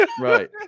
Right